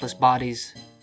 bodies